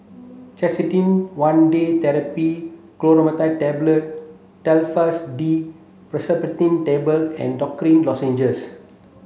Canesten one Day Therapy Clotrimazole Tablet Telfast D Pseudoephrine Tablet and Dorithricin Lozenges